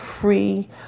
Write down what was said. free